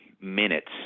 minutes